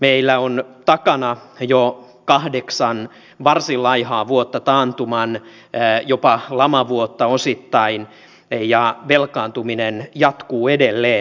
meillä on takana jo kahdeksan varsin laihaa vuotta taantuma jopa lamavuotta osittain ja velkaantuminen jatkuu edelleen